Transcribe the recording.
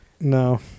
No